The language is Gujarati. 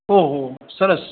ઓહો સરસ